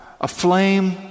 aflame